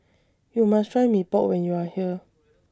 YOU must Try Mee Pok when YOU Are here